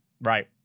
right